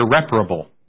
irreparable